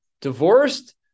Divorced